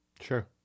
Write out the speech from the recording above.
sure